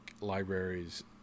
libraries